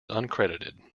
uncredited